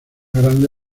grande